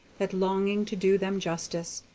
that longing to do them justice,